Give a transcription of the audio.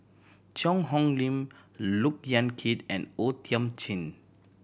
Cheang Hong Lim Look Yan Kit and O Thiam Chin